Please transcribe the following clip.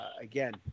Again